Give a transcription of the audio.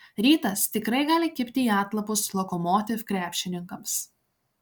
rytas tikrai gali kibti į atlapus lokomotiv krepšininkams